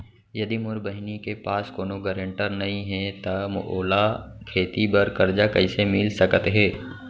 यदि मोर बहिनी के पास कोनो गरेंटेटर नई हे त ओला खेती बर कर्जा कईसे मिल सकत हे?